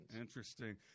Interesting